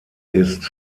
ist